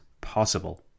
possible